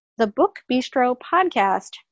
thebookbistropodcast